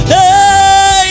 Hey